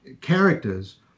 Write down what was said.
characters